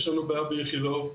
יש לנו בעיה באיכילוב,